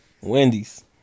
Wendy's